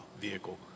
vehicle